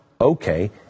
Okay